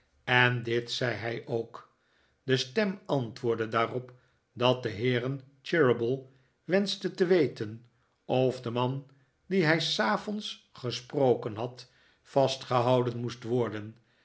en dit zei hij ook de stem antwoordde daarop dat de heeren cheeryble wenschten te weten of de man dien hij s avonds gesproken had vastgehouden moest worden